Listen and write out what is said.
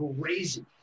crazy